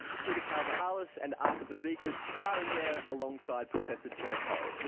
peter karamihalis and arthur bozikas starring there alongside professor joy ho.